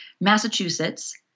Massachusetts